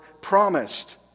promised